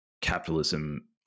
capitalism